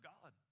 God